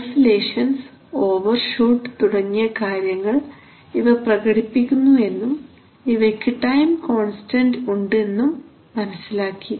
oscillations overshoot തുടങ്ങിയ കാര്യങ്ങൾ ഇവ പ്രകടിപ്പിക്കുന്നു എന്നും ഇവയ്ക്ക് ടൈം കോൺസ്റ്റൻറ് ഉണ്ട് എന്നും മനസ്സിലാക്കി